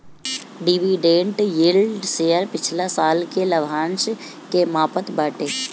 dividend yield share पिछला साल के लाभांश के मापत बाटे